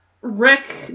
Rick